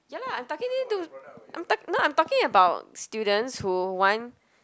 ya lah I targeting to I'm talk~ no I'm talking about students who want